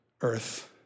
Earth